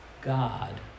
God